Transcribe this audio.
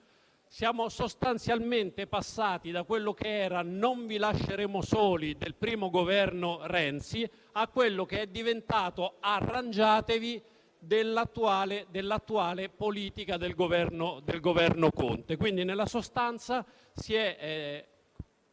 Siamo sostanzialmente passati da quello che era "non vi lasceremo soli" del primo Governo Renzi a quello che è diventato "arrangiatevi!" dell'attuale politica del Governo Conte. Quindi, nella sostanza si è